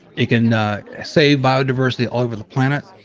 it can save biodiversity all over the planet.